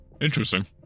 Interesting